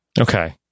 Okay